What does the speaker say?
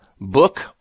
book